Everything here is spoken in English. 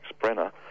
Brenner